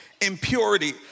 impurity